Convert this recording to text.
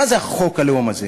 מה זה חוק הלאום הזה?